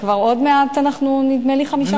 נדמה לי שעוד מעט אני כבר חמישה חודשים בתפקיד.